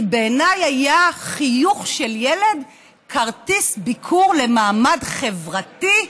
כי בעיניי חיוך של ילד היה כרטיס ביקור למעמד חברתי,